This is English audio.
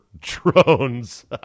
drones